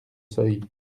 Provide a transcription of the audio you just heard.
seuil